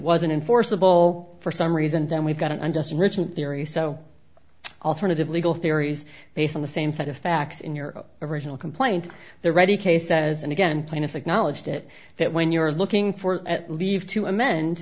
wasn't enforceable for some reason then we've got an unjust enrichment theory so alternative legal theories based on the same set of facts in your original complaint the ready case says and again and plaintiffs acknowledged it that when you're looking for at leave to amend